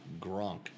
Gronk